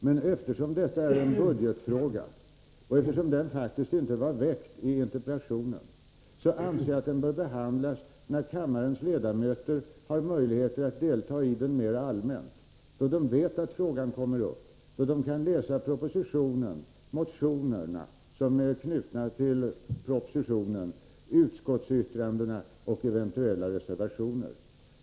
Men eftersom detta är en budgetfråga och eftersom den faktiskt inte var väckt i interpellationen, anser jag att den bör behandlas när kammarens ledamöter har möjligheter att delta i den mera allmänt, då de vet att den frågan kommer upp, då de kan läsa propositionen, motionerna som är knutna till propositionen, utskottsyttrandena och eventuella reservationer.